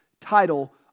title